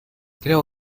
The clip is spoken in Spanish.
creo